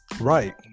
Right